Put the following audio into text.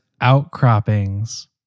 outcroppings